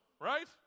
right